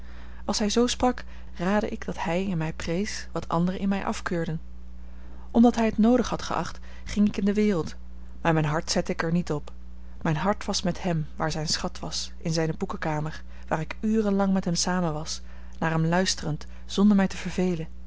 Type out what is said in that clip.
als hij zoo sprak raadde ik dat hij in mij prees wat anderen in mij afkeurden omdat hij het noodig had geacht ging ik in de wereld maar mijn hart zette ik er niet op mijn hart was met hem waar zijn schat was in zijne boekenkamer waar ik uren lang met hem samen was naar hem luisterend zonder mij te vervelen